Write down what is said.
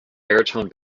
baritone